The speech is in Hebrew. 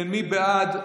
מי בעד?